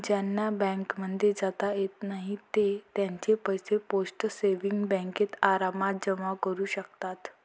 ज्यांना बँकांमध्ये जाता येत नाही ते त्यांचे पैसे पोस्ट सेविंग्स बँकेत आरामात जमा करू शकतात